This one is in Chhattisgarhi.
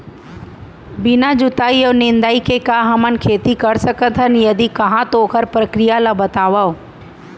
बिना जुताई अऊ निंदाई के का हमन खेती कर सकथन, यदि कहाँ तो ओखर प्रक्रिया ला बतावव?